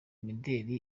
imideli